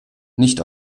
nicht